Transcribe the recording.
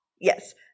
Yes